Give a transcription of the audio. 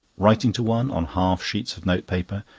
writing to one on half-sheets of note-paper,